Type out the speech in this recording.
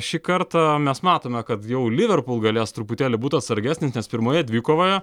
šį kartą mes matome kad jau liverpul galės truputėlį būt atsargesnis nes pirmoje dvikovoje